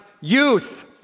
youth